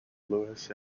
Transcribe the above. lewis